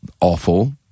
awful